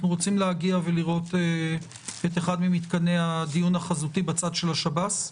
רוצים להגיע ולראות את אחד ממתקני הדיון החזותי בצד של השב"ס.